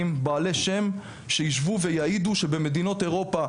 בעלי שם שיישבו ויעידו שבמדינות אירופה,